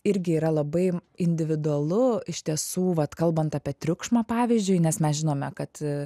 irgi yra labai individualu iš tiesų vat kalbant apie triukšmą pavyzdžiui nes mes žinome kad